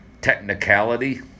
technicality